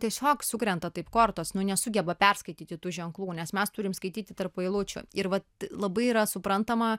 tiesiog sukrenta taip kortos nu nesugeba perskaityti tų ženklų nes mes turim skaityti tarp eilučių ir vat labai yra suprantama